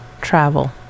travel